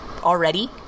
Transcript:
already